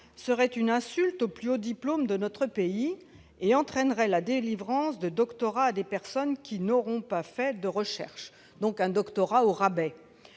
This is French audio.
serait une insulte au plus haut diplôme de notre pays, et entraînerait la délivrance de doctorats à des personnes qui n'auraient pas fait de recherche, donc de doctorats au rabais.